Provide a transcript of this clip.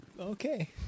Okay